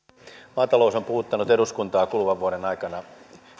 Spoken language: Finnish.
maatalous on puhuttanut eduskuntaa kuluvan vuoden aikana